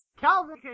Calvin